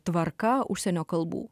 tvarka užsienio kalbų